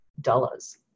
dollars